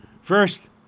First